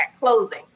closing